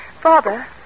Father